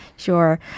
Sure